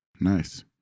nice